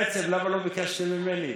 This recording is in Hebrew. בעצם: למה לא ביקשתם ממני?